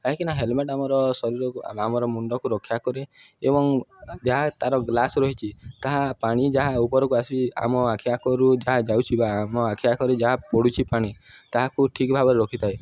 କାହିଁକିନା ହେଲମେଟ୍ ଆମର ଶରୀରକୁ ଆମର ମୁଣ୍ଡକୁ ରକ୍ଷା କରେ ଏବଂ ଯାହା ତା'ର ଗ୍ଲାସ୍ ରହିଛିି ତାହା ପାଣି ଯାହା ଉପରକୁ ଆସି ଆମ ଆଖି ଆକରୁ ଯାହା ଯାଉଛି ବା ଆମ ଆଖି ଆକରେ ଯାହା ପଡ଼ୁଛି ପାଣି ତାହାକୁ ଠିକ୍ ଭାବରେ ରଖିଥାଏ